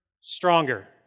stronger